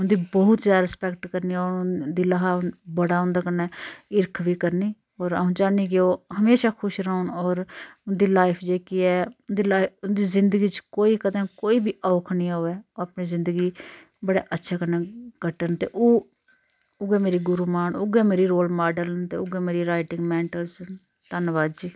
उं'दी बहुत ज्यादा रिस्पैक्ट करनी आ'ऊं दिला हा बड़ा उं'दे कन्नै हिरख बी करनी होर आ'ऊं चांह्न्नी कि ओह् हमेशा खुश रौह्न होर उंदी लाइफ जेहकी ऐ उं'दी लाइफ उंदी जिंदगी च कोई कदें कोई बी औख नी अवै ओह् अपना जिदंगी बड़ी अच्छे कन्नै कट्टन ते ओह् उ'यै मेरी गुरु मां न उ'यै मेरी रोल माडल न ते उ'यै मेरी राइटिगं मैंटरस न धन्नबाद जी